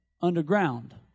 underground